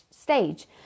stage